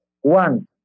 one